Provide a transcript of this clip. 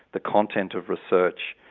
the content of research,